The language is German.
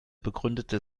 begründete